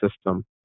system